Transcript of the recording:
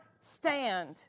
stand